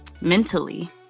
mentally